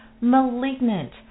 malignant